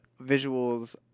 visuals